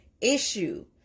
issue